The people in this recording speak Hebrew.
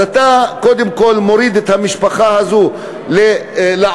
אז אתה קודם כול מוריד את המשפחה הזו לעוני.